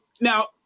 now